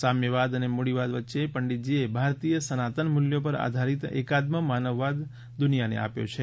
સામ્યવાદ અને મૂડીવાદ વચ્ચે પંડિતજીએ ભારતીય સનાતન મુલ્યો પર આધારિત એકાત્મ માનવવાદ દુનિયાને આપ્યો છે